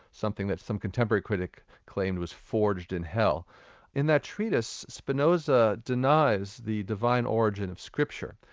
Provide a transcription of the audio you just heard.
something that some contemporary critic claimed was forged in hell in that treatise spinoza denies the divine origin of scripture.